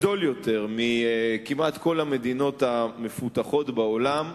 גדול יותר מכמעט כל המדינות המפותחות בעולם,